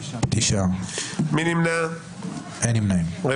9 נמנעים, 2 לא אושרה.